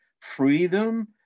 freedom